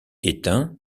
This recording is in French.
éteint